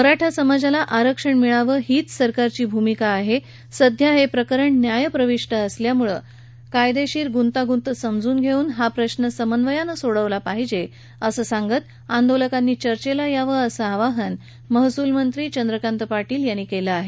मराठा समाजाला आरक्षण मिळावं हीच सरकारची भूमिका आहे सध्या हे प्रकरण न्यायप्रविष्ट असल्यामुळे कायदेशीर गृतागृत समजून घेऊन हा प्रश्न समन्वयान सोडवला पाहिजे असं सांगत आंदोलकांनी चर्चेला यावं असं आवाहन महसूल मंत्री चंद्रकांत पाटील यांनी केलं आहे